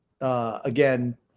Again